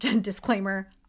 disclaimer